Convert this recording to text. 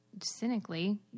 cynically